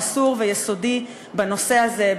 המסור והיסודי בנושא הזה,